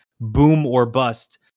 boom-or-bust